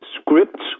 scripts